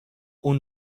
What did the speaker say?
اون